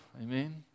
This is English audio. Amen